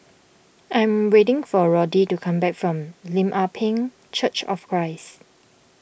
I am waiting for Roddy to come back from Lim Ah Pin Church of Christ